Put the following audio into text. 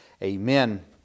Amen